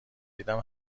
دیدم